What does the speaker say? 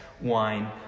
wine